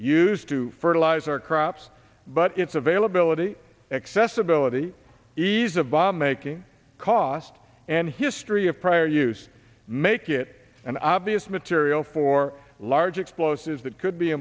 to fertilizer crops but it's availability accessibility ease of bomb making cost and history of prior use make it an obvious material for large explosives that could be